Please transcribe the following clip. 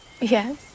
Yes